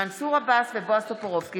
מנסור עבאס ובועז טופורובסקי